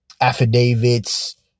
affidavits